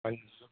ਹਾਂਜੀ ਸਰ